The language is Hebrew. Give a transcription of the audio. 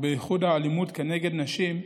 ובייחוד האלימות כנגד נשים,